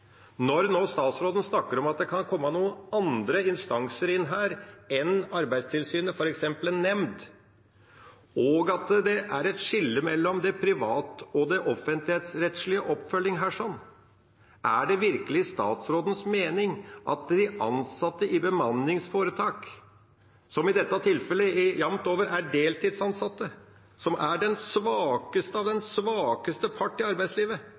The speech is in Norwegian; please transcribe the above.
Når nå statsråden snakker om at det kan komme noen andre instanser enn Arbeidstilsynet inn her, f.eks. en nemnd, og at det er et skille mellom den privat- og offentligrettslige oppfølgingen her, er det virkelig statsrådens mening at de ansette i bemanningsforetak – som i dette tilfellet jamt over er deltidsansatte, som er den svakeste av den svakeste parten i arbeidslivet